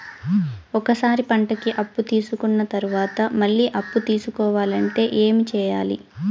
ఒక సారి పంటకి అప్పు తీసుకున్న తర్వాత మళ్ళీ అప్పు తీసుకోవాలంటే ఏమి చేయాలి?